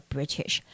British